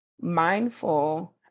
mindful